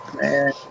man